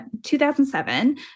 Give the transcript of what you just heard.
2007